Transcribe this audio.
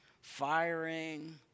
firing